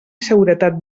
seguretat